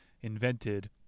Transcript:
invented